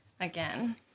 again